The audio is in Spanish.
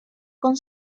con